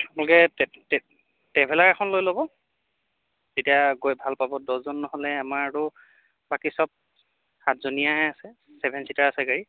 আপোনালোকে ট্ৰেভেলাৰ এখন লৈ ল'ব তেতিয়া গৈ ভাল পাব দছজন নহ'লে আমাৰটো বাকী সব সাতজনীয়াহে আছে ছেভেন চিটাৰ আছে গাড়ী